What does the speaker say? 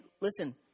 listen